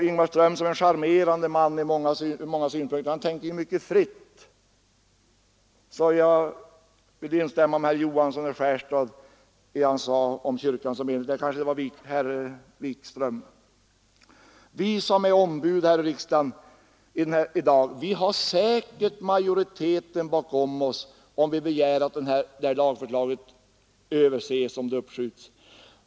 Ingmar Ström, som är en charmerande man ur många synpunkter, tänker mycket fritt. Jag vill alltså instämma i det som herr Johansson i Skärstad — eller kanske det var herr Wikström — sade om kyrkan som helhet. Vi som talar för att hela förslaget skall överses och beslutet uppskjutas har säkert majoriteten av folket bakom oss.